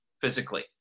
physically